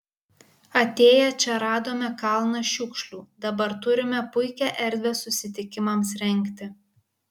atėję čia radome kalną šiukšlių dabar turime puikią erdvę susitikimams rengti